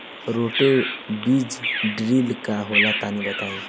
Roto बीज drill का होला तनि बताई?